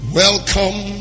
welcome